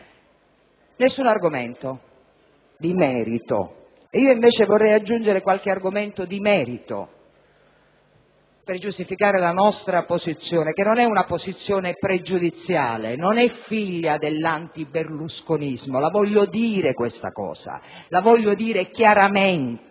Nessun argomento di merito, dunque. Io, invece, vorrei aggiungere qualche argomento di merito per giustificare la nostra posizione, che non è pregiudiziale, non è figlia dell'antiberlusconismo, (la voglio dire, questa cosa, la voglio dire chiaramente)